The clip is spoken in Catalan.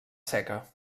seca